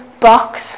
box